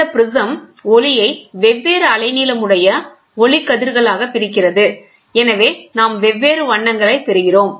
இந்த ப்ரிஸம் ஒளியை வெவ்வேறு அலைநீளம் உடைய ஒளி கதிர்களாக பிரிக்கிறது எனவே நாம் வெவ்வேறு வண்ணங்களைப் பெறுகிறோம்